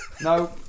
no